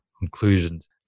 conclusions